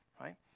right